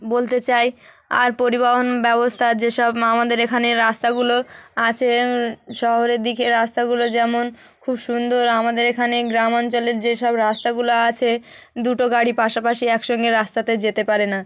বলতে চাই আর পরিবহণ ব্যবস্থার যে সব আমাদের এখানে রাস্তাগুলো আছে শহরের দিকে রাস্তাগুলো যেমন খুব সুন্দর আমাদের এখানে গ্রাম অঞ্চলের যে সব রাস্তাগুলো আছে দুটো গাড়ি পাশাপাশি একসঙ্গে রাস্তাতে যেতে পারে না